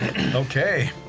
Okay